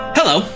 Hello